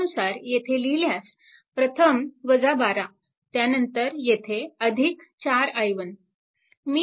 त्यानुसार येथे लिहिल्यास प्रथम 12 त्यानंतर येथे 4i1